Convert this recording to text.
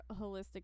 holistic